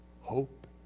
hope